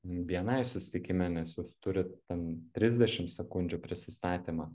bni susitikime nes jūs turit ten trisdešim sekundžių prisistatymą